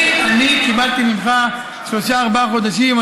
אני קיבלתי ממך שלושה-ארבעה חודשים,